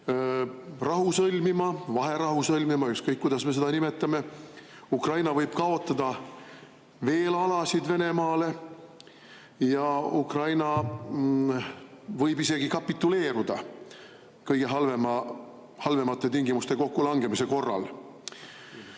rahu sõlmima või vaherahu sõlmima, ükskõik kuidas me seda nimetame, Ukraina võib kaotada veel alasid Venemaale ja Ukraina võib isegi kapituleeruda kõige halvemate tingimuste kokkulangemise korral.